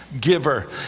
giver